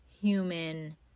human